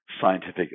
scientific